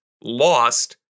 lost